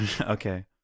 Okay